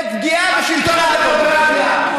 בפגיעה בשלטון הדמוקרטיה,